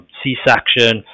c-section